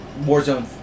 Warzone